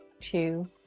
two